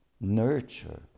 nurture